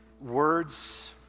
words